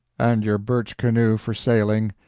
and your birch canoe for sailing,